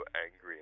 angry